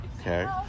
Okay